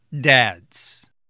Dads